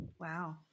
Wow